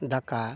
ᱫᱟᱠᱟ